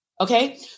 okay